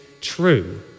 true